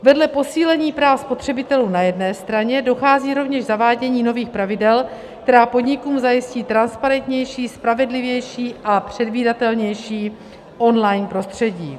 Vedle posílení práv spotřebitelů na jedné straně dochází rovněž k zavádění nových pravidel, která podnikům zajistí transparentnější, spravedlivější a předvídatelnější online prostředí.